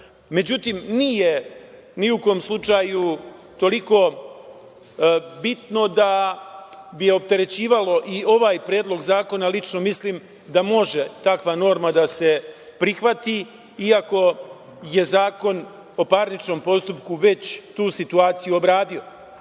nije ni u kom slučaju toliko bitno da bi opterećivalo i ovaj predlog zakona. Lično mislim da može takva norma da se prihvati iako je Zakon o parničnom postupku već tu situaciju obradio. Na